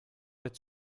het